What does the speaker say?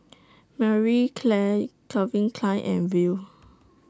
Marie Claire Calvin Klein and Viu